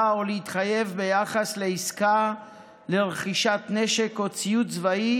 או להתחייב ביחס לעסקה לרכישת נשק או ציוד צבאי